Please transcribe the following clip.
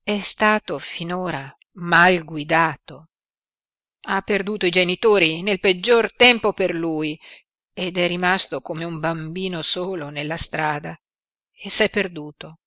è stato finora mal guidato ha perduto i genitori nel peggior tempo per lui ed è rimasto come un bambino solo nella strada e s'è perduto